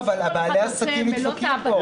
אבל בעלי עסקים נדפקים מזה.